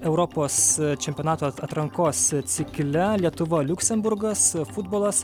europos čempionato at atrankos cikle lietuva liuksemburgas futbolas